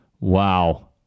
Wow